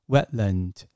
Wetland